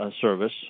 service